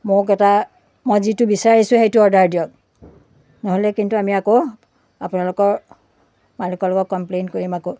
মোক এটা মই যিটো বিচাৰিছোঁ সেইটো অৰ্ডাৰ দিয়ক নহ'লে কিন্তু আমি আকৌ আপোনালোকৰ মালিকৰ লগত কমপ্লেইন কৰিম আকৌ